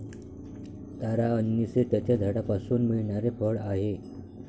तारा अंनिस हे त्याच्या झाडापासून मिळणारे फळ आहे